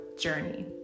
journey